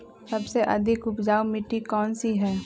सबसे अधिक उपजाऊ मिट्टी कौन सी हैं?